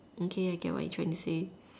okay I get what you are trying to say